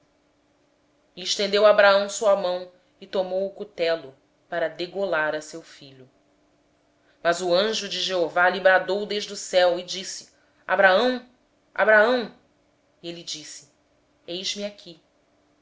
lenha e estendendo a mão pegou no cutelo para imolar a seu filho mas o anjo do senhor lhe bradou desde o céu e disse abraão abraão ele respondeu eis-me aqui